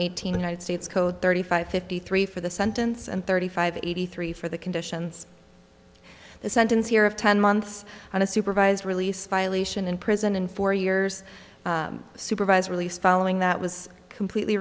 united states code thirty five fifty three for the sentence and thirty five eighty three for the conditions the sentence here of ten months on a supervised release violation in prison and four years supervised release following that was completely